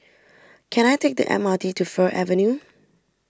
can I take the M R T to Fir Avenue